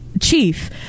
Chief